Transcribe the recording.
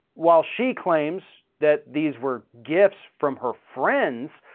while she claims that these were gifts from her friends,